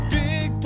big